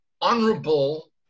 honorable